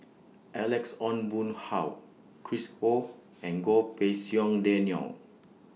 Alex Ong Boon Hau Chris Ho and Goh Pei Siong Daniel